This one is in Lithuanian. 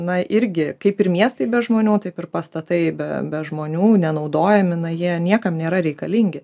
na irgi kaip ir miestai be žmonių taip ir pastatai be be žmonių nenaudojami na jie niekam nėra reikalingi